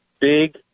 big